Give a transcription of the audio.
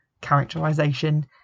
characterization